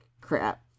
crap